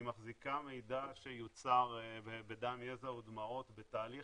מחזיקה מידע שיוצר בדם ידע ודמעות בתהליך